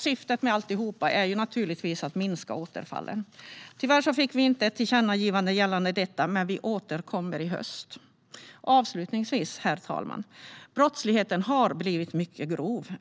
Syftet är naturligtvis att minska återfallen. Tyvärr fick vi inte ett tillkännagivande gällande detta, men vi återkommer i höst. Avslutningsvis, herr talman, har brottsligheten blivit mycket grov.